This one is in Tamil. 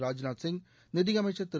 ராஜ்நாத் சிங் நிதியமைச்சர் திரு